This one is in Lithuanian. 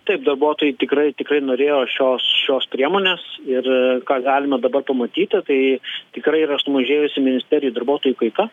taip darbuotojai tikrai tikrai norėjo šios šios priemonės ir ką galima dabar pamatyti tai tikrai yra sumažėjusi ministerijų darbuotojų kaita